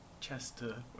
Chester